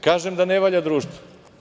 Kažem da ne valja društvo.